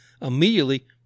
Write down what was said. immediately